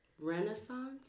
renaissance